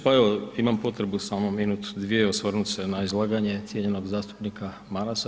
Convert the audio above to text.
Pa evo imam potrebu samo minut, dvije osvrnut se na izlaganje cijenjenog zastupnika Marasa.